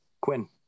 Quinn